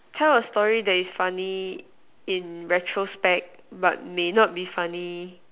tell a story that is funny in retro spec but may not be funny